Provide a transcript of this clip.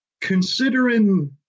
Considering